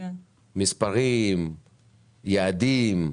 מספרים, יעדים.